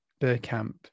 Burkamp